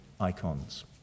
icons